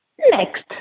next